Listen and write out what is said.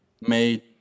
made